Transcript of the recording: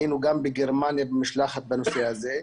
היינו גם בגרמניה במשלחת בנושא הזה.